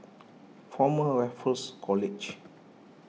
Former Raffles College